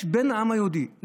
יש בן העם היהודי,